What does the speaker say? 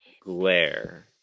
glare